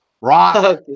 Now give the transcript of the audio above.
rock